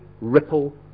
ripple